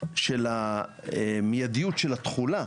של המיידיות של התחולה